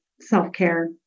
self-care